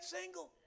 single